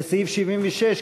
לסעיף 76,